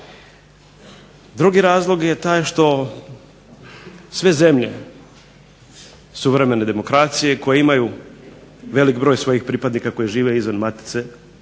Drugi razlog je taj što sve zemlje suvremene demokracije koje imaju velik broj svojih pripadnika koji žive izvan matice,